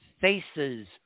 faces